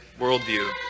worldview